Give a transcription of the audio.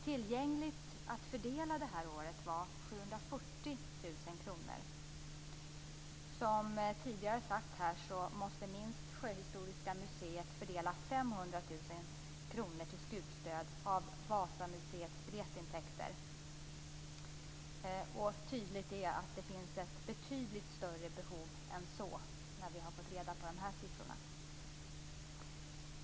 Tillgängligt att fördela detta år var 740 000 kr. Som tidigare här har sagts måste Sjöhistoriska museet fördela 500 000 kr av Vasamuseets biljettintäkter till skutstöd. Det är tydligt att det finns ett betydligt större behov än så.